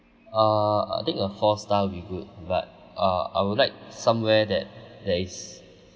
uh I think a four star would be good but uh I would like somewhere that that is